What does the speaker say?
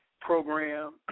program